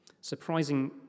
Surprising